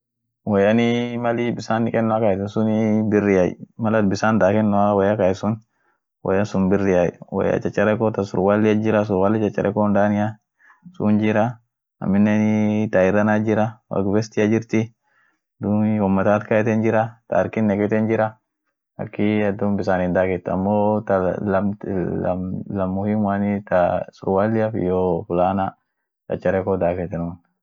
Dresin biriit jirai, dresi ta neketeni shoobeni ijeemeniit jira, ta hujian dekeniit jira, taa arusiat jira tabisaaniin daaketeniit jira, dumii biriai taa taa shugulaan midaafeten shugul tofauti tofauti. akas midaafeteent jirai dumii sadeen sunii dresin aina ishian malsun.